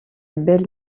belle